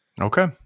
Okay